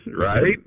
right